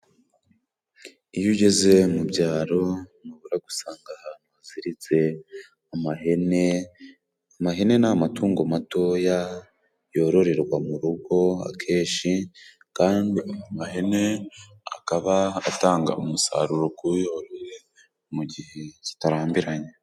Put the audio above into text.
Iyo ugeze mu byaro ntubura gusanga ahantu haziritse amahene, amahene ni amatungo matoya yororerwa mu rugo akenshi, kandi amahene akaba atanga umusaruro k'uyoroye mu gihe kitarambiranye.